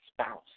spouse